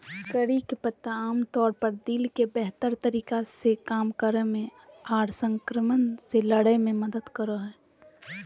करी के पत्ता आमतौर पर दिल के बेहतर तरीका से काम करे मे आर संक्रमण से लड़े मे मदद करो हय